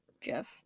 Jeff